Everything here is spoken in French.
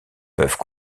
peuvent